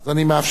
אז אני מאפשר